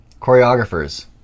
choreographers